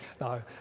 no